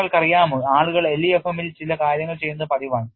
നിങ്ങൾക്കറിയാമോ ആളുകൾ LEFM ൽ ചില കാര്യങ്ങൾ ചെയ്യുന്നത് പതിവാണ്